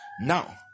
Now